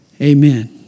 Amen